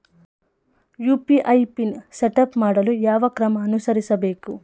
UPI PIN setup ಮಾಡಲು ಯಾವ ಕ್ರಮ ಅನುಸರಿಸಬೇಕು?